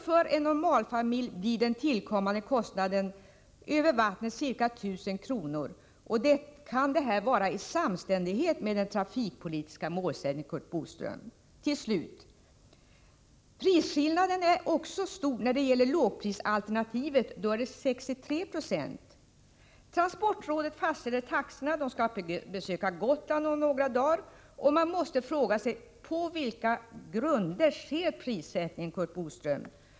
För en normalfamilj blir alltså den tillkommande kostnaden för resan över vattnet ca 1 000 kr. Kan detta vara i samstämmighet med den trafikpolitiska målsättningen, Curt Boström? Prisskillnaden är också stor när det gäller lågprisalternativet för samma familjetyp. Då är den 63 90. Transportrådet fastställer taxorna, och rådet skall besöka Gotland om några dagar. Man måste fråga sig: På vilka grunder sker prissättningen?